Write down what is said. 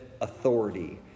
authority